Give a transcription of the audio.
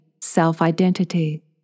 self-identity